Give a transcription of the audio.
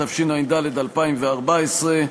התשע"ד 2014,